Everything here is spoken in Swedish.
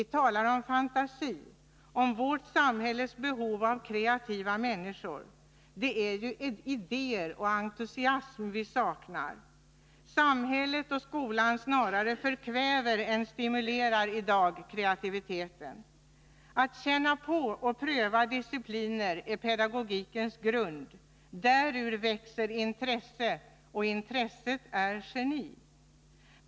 Vi talar om fantasi och om vårt samhälles behov av kreativa människor. Det är ju idéer och entusiasm som vi saknar. Samhället och skolan snarare förkväver än stimulerar kreativitet. Att känna på och öva olika discipliner är pedagogikens grund. Därur växer intresse, och intresset är geni.